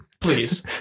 Please